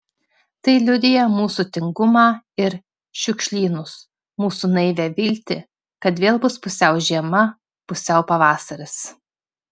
tai liudija mūsų tingumą ir šiukšlynus mūsų naivią viltį kad vėl bus pusiau žiema pusiau pavasaris